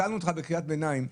שאלנו אותך בקריאת ביניים,